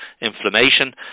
inflammation